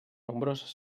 nombroses